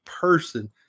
person